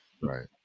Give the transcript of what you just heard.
Right